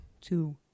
two